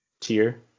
tier